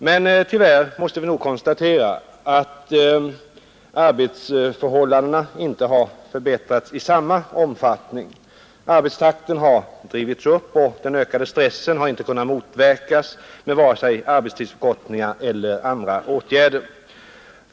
Men tyvärr måste vi nog konstatera att arbetsförhållandena inte har förbättrats i samma omfattning. Arbetstakten har drivits upp, och den ökade stressen har inte kunnat motverkas med vare sig arbetstidsförkortningar eller andra åtgärder.